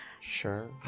Sure